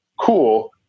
cool